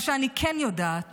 מה שאני כן יודעת